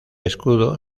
escudo